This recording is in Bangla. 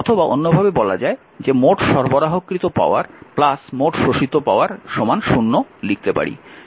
অথবা অন্যভাবে বলা যায় যে "মোট সরবরাহকৃত পাওয়ার মোট শোষিত পাওয়ার 0" লিখতে পারি